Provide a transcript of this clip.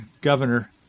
governor